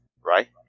right